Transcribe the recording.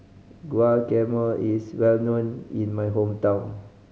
guacamole is well known in my hometown